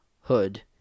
hood